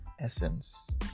essence